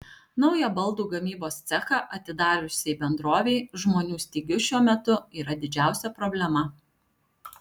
naują baldų gamybos cechą atidariusiai bendrovei žmonių stygius šiuo metu yra didžiausia problema